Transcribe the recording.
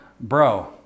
Bro